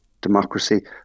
democracy